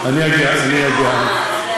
אם הוא יצא רק כדי ללמוד,